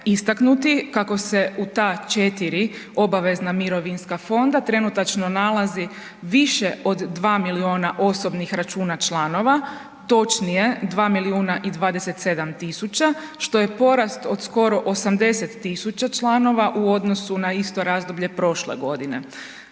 istaknuti kako se u ta 4 obavezna mirovinska fonda trenutačno nalazi više od 2 milijuna osobnih računa članova, točnije 2 milijuna i 27 tisuća, što je porast od skoro 80 tisuća članova u odnosu na isto razdoblje prošle godine.